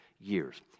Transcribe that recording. years